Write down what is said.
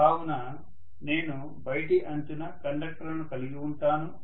కావున నేను బయటి అంచున కండక్టర్లను కలిగి ఉంటాను